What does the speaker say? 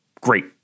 great